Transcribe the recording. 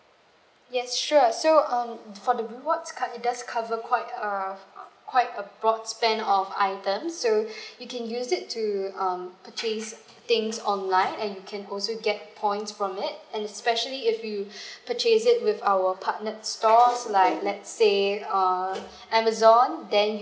yes sure so um for the rewards card it does cover quite err quite a broad span of items so you can use it to um purchase things online and you can also get points from it and especially if you purchase it with our partnered stores like let's say um amazon then